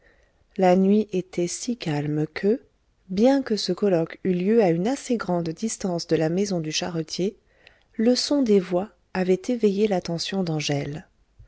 la nuit était si calme que bien que ce colloque eût lieu à une assez grande distance de la maison du charretier le son des voix avait éveillé l'attention d'angèle